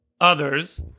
others